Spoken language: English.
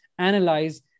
analyze